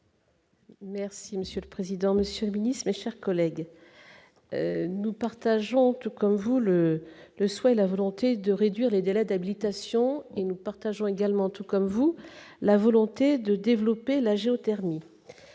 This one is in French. Merci monsieur le président, monsieur le ministre, chers collègues, nous partageons tous, comme vous le le souhait et la volonté de réduire les délais d'habilitation et nous partageons également, tout comme vous, la volonté de développer la géothermie,